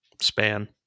span